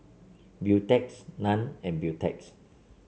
Beautex Nan and Beautex